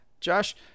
josh